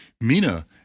Mina